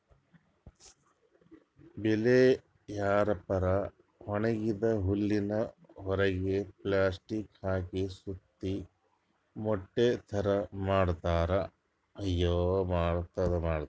bell wrapper ಒಣಗಿದ್ದ್ ಹುಲ್ಲಿನ್ ಹೊರೆಗ್ ಪ್ಲಾಸ್ಟಿಕ್ ಹಾಕಿ ಸುತ್ತಿ ಮೂಟೆ ಥರಾ ಮಾಡ್ತದ್